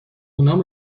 اونام